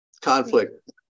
conflict